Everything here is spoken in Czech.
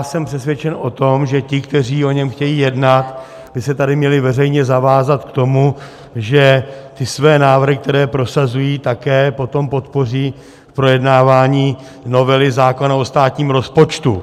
Jsem přesvědčen o tom, že ti, kteří o něm chtějí jednat, by se tady měli veřejně zavázat k tomu, že své návrhy, které prosazují, také potom podpoří v projednávání novely zákona o státním rozpočtu.